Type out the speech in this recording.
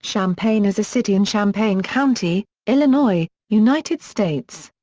champaign is a city in champaign county, illinois, united states.